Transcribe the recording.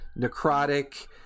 necrotic